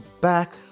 back